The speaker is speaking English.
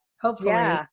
hopefully-